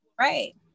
Right